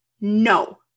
no